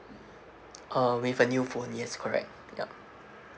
uh with a new phone yes correct yup